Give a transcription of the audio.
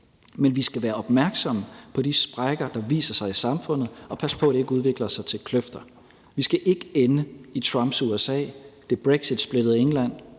Men vi skal være opmærksomme på de sprækker, der viser sig i samfundet, og passe på, at de ikke udvikler sig til kløfter. Vi skal ikke ende som i Trumps USA, det brexitsplittede England,